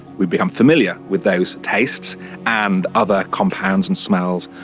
we become familiar with those tastes and other compounds and smells,